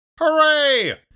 Hooray